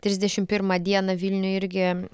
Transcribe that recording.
trisdešimt pirmą dieną vilniuj irgi